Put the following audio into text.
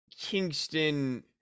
kingston